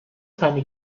seine